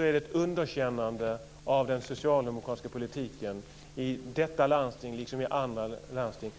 är ett underkännande av den socialdemokratiska politiken i detta landsting liksom i andra landsting.